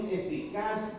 eficaz